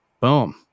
boom